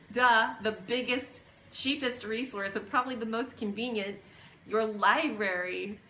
duh, the biggest cheapest resource oh probably the most convenient your library!